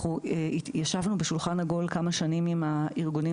אנחנו ישבנו בשולחן עגול כמה שנים עם הארגונים